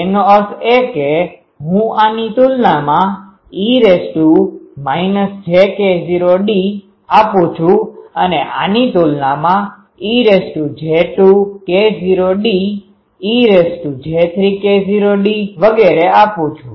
તેનો અર્થ એ કે હું આની તુલનામાં e jK૦d આપું છુ અને આની તુલનામાં ej2K૦d ej3K૦d વગેરે આપું છુ